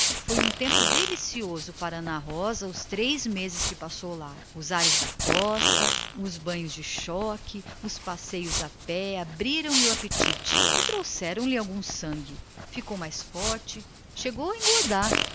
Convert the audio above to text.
foi um tempo delicioso para ela os três meses que aí passou os ares da costa os banhos de choque os longos passeios a pé restituíram lhe o apetite e enriqueceram lhe o sangue ficou mais forte chegou a